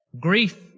grief